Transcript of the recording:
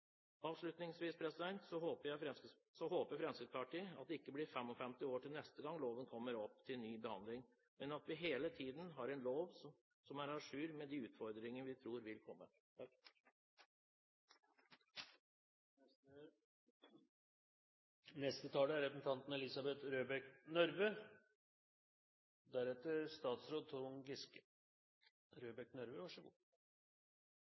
Avslutningsvis håper Fremskrittspartiet at det ikke blir 55 år til neste gang loven kommer opp til ny behandling, men at vi hele tiden har en lov som er à jour med de utfordringer vi tror vil komme.